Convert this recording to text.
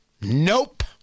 Nope